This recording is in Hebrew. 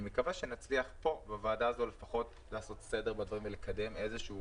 אני מקווה שנצליח כאן בוועדה הזו לעשות סדר בדברים ולקדם איזשהו